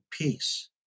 peace